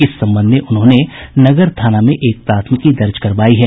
इस संबंध में उन्होंने नगर थाना में एक प्राथमिकी दर्ज करायी है